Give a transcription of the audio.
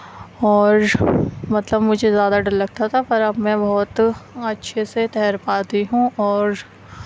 اور مطلب مجھے زیادہ ڈر لگتا تھا پر اب میں بہت اچھے سے تیر پاتی ہوں اور